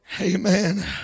amen